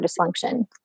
dysfunction